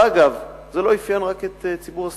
אגב, זה לא אפיין רק את ציבור הסטודנטים,